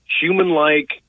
human-like